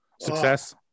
success